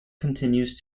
continues